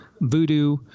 Voodoo